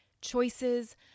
choices